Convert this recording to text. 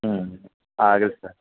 ಹ್ಞೂ ಆಗಲಿ ಸರ್